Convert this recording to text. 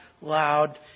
loud